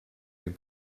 den